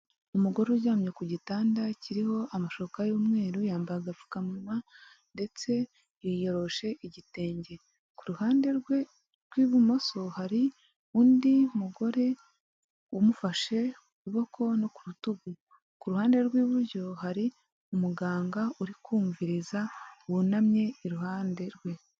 Umugore uryamye ku gitanda kiriho amashuka y'umweru, yambaye agapfukamunwa ndetse yiyoroshe igitenge. Ku ruhande rwe rw'ibumoso hari undi mugore umufashe ukuboko no ku rutugu, ku ruhande rw'iburyo hari umuganga uri kumviriza wunamye iruhande rwe.